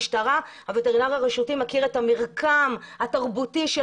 הווטרינר הרשותי מכיר את המרקם התרבותי של